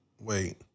wait